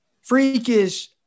freakish